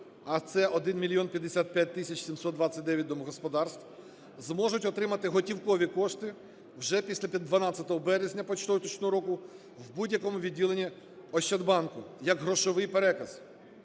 а це 1 мільйон 55 тисяч 729 домогосподарств, зможуть отримати готівкові кошти вже після 12 березня поточного року в будь-якому відділенні "Ощадбанку" як грошовий переказ